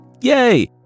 Yay